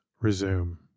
resume